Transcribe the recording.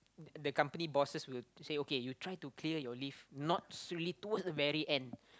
the company bosses will say okay you try to clear your leave not really towards the very end